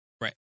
Right